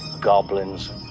goblins